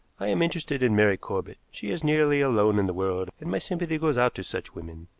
i am interested in mary corbett. she is nearly alone in the world, and my sympathy goes out to such women.